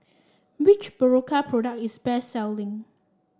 which Berocca product is best selling